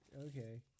Okay